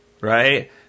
right